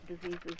diseases